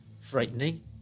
frightening